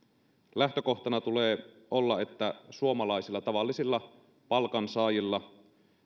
lähtökohtana tulee olla että suomalaisilla tavallisilla palkansaajilla